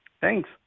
thanks